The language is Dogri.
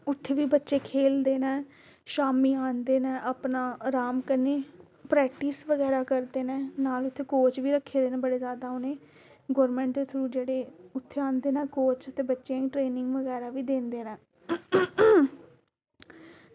उत्थें बी बच्चे खेल्लदे न शामीं आंदे न अपना रहाम कन्नै प्रैक्टिस बगैरा करदे न नाल उ'नें कोच बी रक्खे दे बड़े जादा गौरमेंट दे थ्रू जेह्ड़े इत्थें आंदे न कोच ते बच्चें ई ट्रेनिंग बगैरा बी दिंदे न